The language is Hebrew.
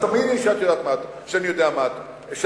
תאמיני לי שאת יודעת מה אני אומר.